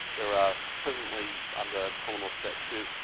there are presently under commonwealth statutes,